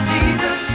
Jesus